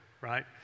right